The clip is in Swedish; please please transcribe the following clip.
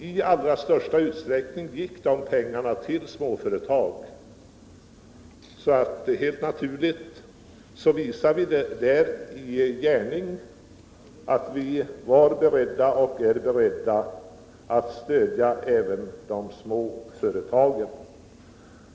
I allra största utsträckning gick de pengarna till små företag. Där visade vi i gärning att vi är beredda att stödja även de små företagen.